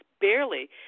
barely